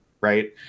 right